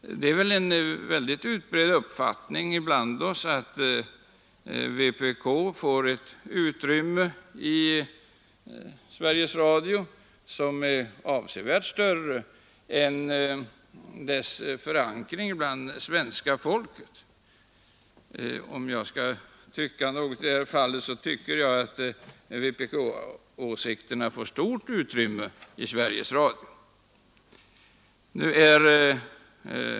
Det är en mycket utbredd uppfattning att vpk får ett utrymme i Sveriges Radios program som är avsevärt större än dess förankring hos svenska folket. Om jag skall ha någon mening i detta fall är det den att vpk-åsikterna får stort utrymme i Sveriges Radios program.